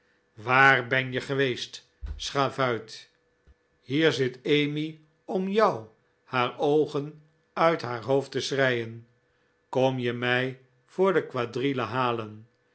waar ben je geweest schavuit hier zit emmy om jou haar oogen uit haar hoofd te schreicn kom je mij voor de quadrille halen